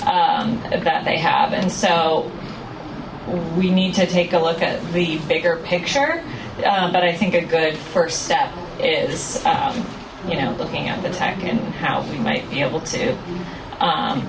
that they have and so we need to take a look at the bigger picture but i think a good first step is you know looking at the tech and how we might be able to